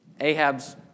Ahab's